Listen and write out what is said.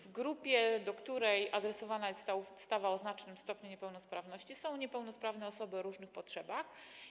W grupie, do której adresowana jest ta ustawa, osób o znacznym stopniu niepełnosprawności, są niepełnosprawne osoby o różnych potrzebach.